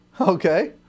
Okay